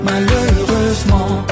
Malheureusement